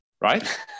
right